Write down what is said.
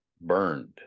burned